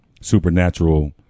supernatural